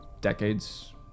decades